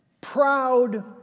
proud